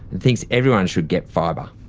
and thinks everyone should get fibre.